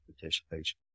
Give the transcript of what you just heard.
participation